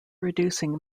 reducing